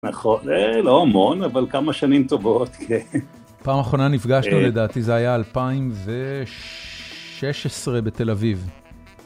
נכון, לא המון, אבל כמה שנים טובות, כן. פעם אחרונה נפגשנו לדעתי, זה היה 2016 בתל אביב.